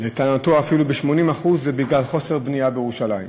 לטענתו אפילו 80%, זה בגלל חוסר בנייה בירושלים.